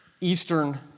Eastern